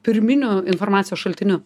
pirminiu informacijos šaltiniu